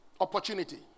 opportunity